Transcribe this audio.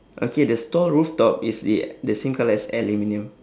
okay the stall rooftop is the the same colour as aluminium